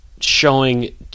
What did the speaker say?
showing